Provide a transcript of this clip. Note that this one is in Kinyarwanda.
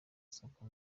sacco